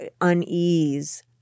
unease